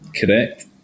correct